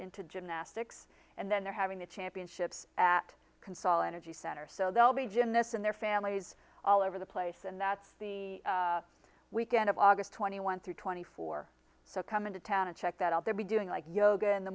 into gymnastics and then they're having the championships at consult an edgy center so they'll be gin this and their families all over the place and that's the weekend of august twenty one through twenty four so come into town and check that out there be doing like yoga in the